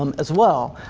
um as well.